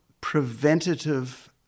preventative